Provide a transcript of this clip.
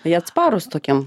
jie atsparūs tokiem